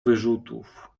wyrzutów